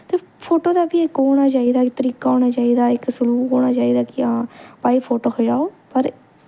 ते फोटो दा बी इक ओह् होना चाहिदा इक तरीका होना चाहिदा इक सलूक होना चाहिदा कि हां भाई फोटो खचाओ पर